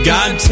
God